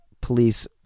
police